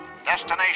Destination